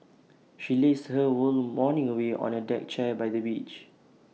she lazed her whole morning away on A deck chair by the beach